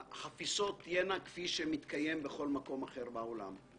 שהחפיסות תהיינה כפי שמתקיים בכל מקום אחר בעולם.